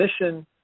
Mission